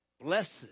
Blessed